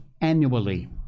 annually